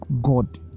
god